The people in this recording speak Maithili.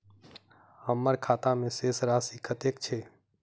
हम्मर खाता मे शेष राशि कतेक छैय?